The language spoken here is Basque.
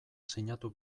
sinatu